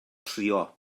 trio